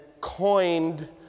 coined